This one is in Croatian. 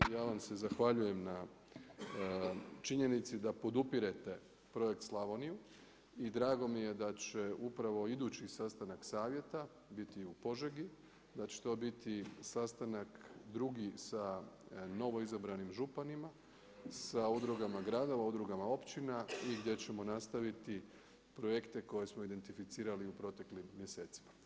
Ja vam se zahvaljujem na činjenici da podupirete Projekt Slavoniju i drago mi je da će upravo idući sastanak savjeta biti u Požegi, da će to biti sastanak drugi sa novoizabranih županima, sa udrugama gradova, udrugama općina i gdje ćemo nastaviti projekte koje smo identificirali u proteklim mjesecima.